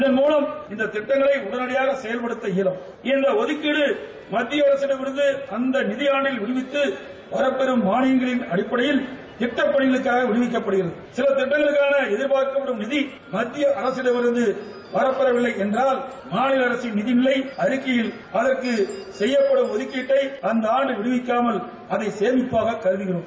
இதன் மூவம் இத்திட்டங்களை உடனடியாக செயல்படுத்த இயலும் இந்த ஒதுக்கீடு மத்திய அரசி மிருந்து அந்த நிதியாண்டில் விடுவிக்கு வாப்பெறும் மாவியங்களின் அடிப்படையில் கிட்டு பணிகளுக்காக விடுவிக்கப்படுகிறது சில கிட்டங்களுக்கான எதிர்பார்க்கப்படும் நிகி மக்கிய அரசிடமிருந்து வாப்பெறவில்லை என்றால் மாநில் அரசின் நிதிநிலை அறிக்கையில் அதற்காக செய்ப்படும் ஒதுக்கீட்டை ஆந்த ஆண்டு விடுவிக்காமல் அதை சேமிப்பாக கருதகிறோம்